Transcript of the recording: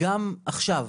גם עכשיו,